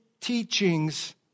teachings